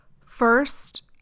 First